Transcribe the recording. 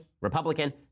Republican